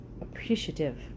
appreciative